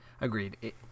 Agreed